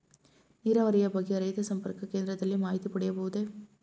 ನೀರಾವರಿಯ ಬಗ್ಗೆ ರೈತ ಸಂಪರ್ಕ ಕೇಂದ್ರದಲ್ಲಿ ಮಾಹಿತಿ ಪಡೆಯಬಹುದೇ?